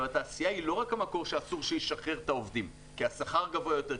התעשייה היא לא רק המקור שאסור שישחרר את העובדים כי השכר גבוה יותר,